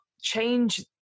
change